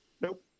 Nope